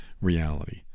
reality